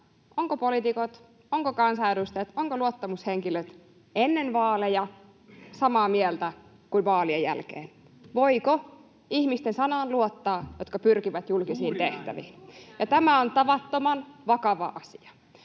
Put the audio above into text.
ovatko poliitikot, ovatko kansanedustajat, ovatko luottamushenkilöt ennen vaaleja samaa mieltä kuin vaalien jälkeen. Voiko luottaa niiden ihmisten sanaan, jotka pyrkivät julkisiin tehtäviin? [Eduskunnasta: Juuri